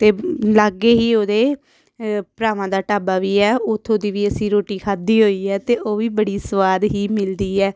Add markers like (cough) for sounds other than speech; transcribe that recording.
ਅਤੇ (unintelligible) ਲਾਗੇ ਹੀ ਉਹਦੇ ਭਰਾਵਾਂ ਦਾ ਢਾਬਾ ਵੀ ਹੈ ਉੱਥੋਂ ਦੀ ਵੀ ਅਸੀਂ ਰੋਟੀ ਖਾਧੀ ਹੋਈ ਹੈ ਅਤੇ ਉਹ ਵੀ ਬੜੀ ਸਵਾਦ ਹੀ ਮਿਲਦੀ ਹੈ